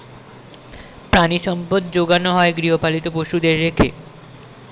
প্রাণিসম্পদ যোগানো হয় গৃহপালিত পশুদের রেখে